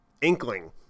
inkling